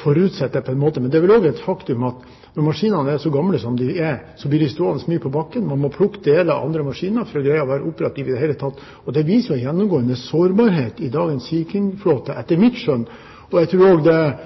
forutsetter jeg. Men det er vel også et faktum at når maskinene er så gamle som de er, blir de stående mye på bakken. Man må plukke deler fra andre maskiner for i det hele tatt å greie å være operativ. Det viser, etter mitt skjønn, en gjennomgående sårbarhet i dagens